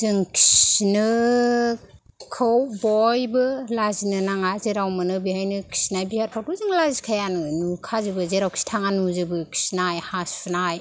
जों खिनो खौ बयबो लाजिनो नाङा जेराव मोनो बेहायनो खिनाय बिहार फ्रावथ' जों लाजिखायानो नुखाजोबो जेरावखि थाङा नुजोबो खिनाय हासुनाय